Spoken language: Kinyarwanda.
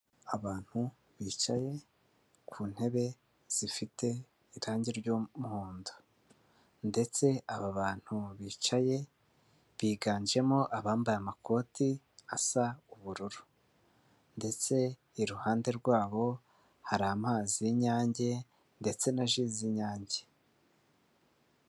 Abantu bicaye ku ntebe zifite irangi ry'umuhondo ndetse aba bantu bicaye biganjemo abambaye amakoti asa ubururu ndetse iruhande rwabo hari amazi y'Inyange ndetse na ji z'Inyange.